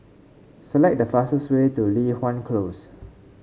select the fastest way to Li Hwan Close